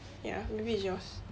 ya maybe it's yours